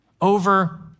over